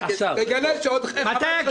תגלה שעוד 15 שנה